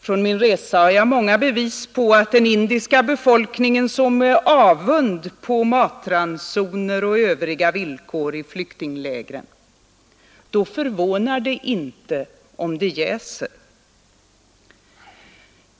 Från min resa har jag många bevis på att den indiska befolkningen såg med avund på matransoner och övriga villkor i flyktinglägren. Då förvånar det inte, om det jäser.